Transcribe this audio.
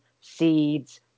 seeds